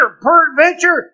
peradventure